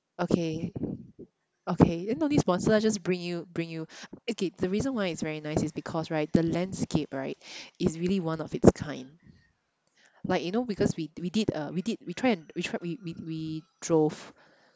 okay okay then no need sponsor lah just bring you bring you okay the reason why it's very nice is because right the landscape right it's really one of its kind like you know because we we did a we did we try and we tried we we we drove